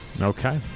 Okay